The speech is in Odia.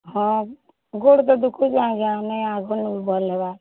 ହଁ ଗୋଡ଼୍ ତ ଦୁଖଉଛେ ଆଜ୍ଞା ନାଇଁ ଆଗର୍ନୁ ଭଲ୍ ହେବା